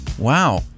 Wow